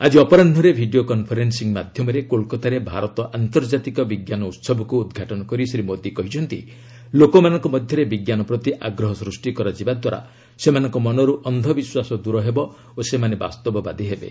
ଆଜି ଅପରାହୁରେ video conferencing ମାଧ୍ୟମରେ କୋଲକତାରେ ଭାରତ ଆନ୍ତର୍ଜାତିକ ବିଜ୍ଞାନ ଉହବକୁ ଉଦ୍ଘାଟନ କରି ଶ୍ରୀ ମୋଦୀ କହିଛନ୍ତି ଲୋକମାନଙ୍କ ମଧ୍ୟରେ ବିଜ୍ଞାନ ପ୍ରତି ଆଗ୍ରହ ସୃଷ୍ଟି କରାଯିବା ଦ୍ୱାରା ସେମାନଙ୍କ ମନରୁ ଅନ୍ଧ ବିଶ୍ୱାସ ଦୂର ହେବ ଓ ସେମାନେ ବାସ୍ତବବାଦି ହେବେ